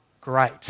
great